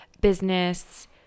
business